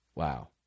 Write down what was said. Wow